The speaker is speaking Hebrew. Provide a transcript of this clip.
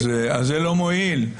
אז זה לא מועיל.